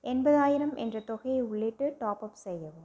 எண்பதாயிரம் என்ற தொகையை உள்ளிட்டு டாப்அப் செய்யவும்